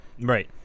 Right